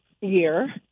year